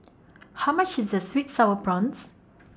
How much IS Sweet Sour Prawns